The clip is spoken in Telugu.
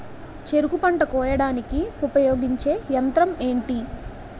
చెరుకు పంట కోయడానికి ఉపయోగించే యంత్రం ఎంటి?